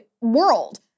world